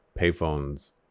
payphones